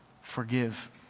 forgive